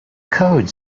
code